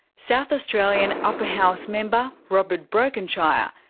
south australian upper house member robert brokenshire,